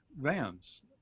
vans